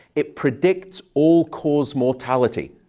it predicts all-cause mortality.